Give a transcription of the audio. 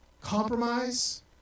compromise